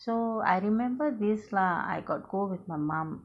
so I remember this lah I got go with my mum